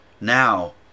now